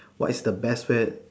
what is the best way